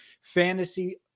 Fantasy